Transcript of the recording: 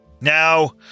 Now